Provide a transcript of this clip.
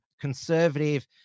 conservative